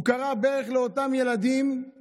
הוא כרע ברך לאותם ילדים,